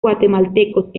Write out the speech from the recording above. guatemaltecos